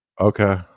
Okay